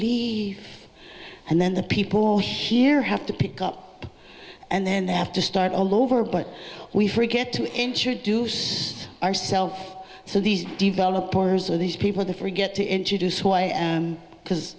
leave and then the people here have to pick up and then they have to start all over but we forget to introduce our self so these developers are these people to forget to introduce who i am because